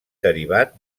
derivat